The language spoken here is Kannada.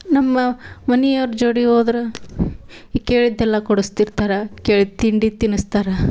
ನಮ್ಮ ಮನಿಯವ್ರ ಜೋಡಿ ಹೋದ್ರ ಕೇಳಿದ್ದೆಲ್ಲ ಕೊಡಸ್ತಿರ್ತಾರೆ ಕೇಳಿದ್ದ ತಿಂಡಿ ತಿನಸ್ತಾರೆ